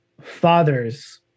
fathers